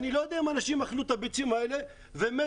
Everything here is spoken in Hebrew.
אני לא יודע אם אנשים אכלו את הביצים האלה ומתו,